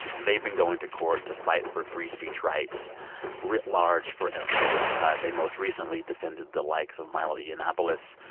they've been going to court to fight for free speech rights writ large for everyone they most recently defended the likes of milo yiannopoulos,